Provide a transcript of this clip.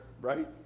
right